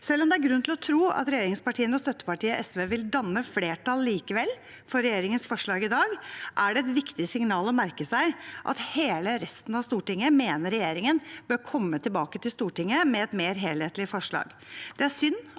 Selv om det er grunn til å tro at regjeringspartiene og støttepartiet SV vil danne flertall for regjeringens forslag i dag likevel, er det et viktig signal å merke seg at hele resten av Stortinget mener regjeringen bør komme tilbake til Stortinget med et mer helhetlig forslag.